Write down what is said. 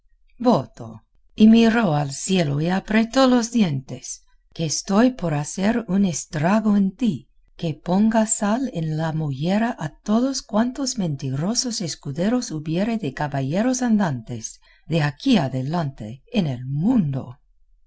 voto y miró al cielo y apretó los dientesque estoy por hacer un estrago en ti que ponga sal en la mollera a todos cuantos mentirosos escuderos hubiere de caballeros andantes de aquí adelante en el mundo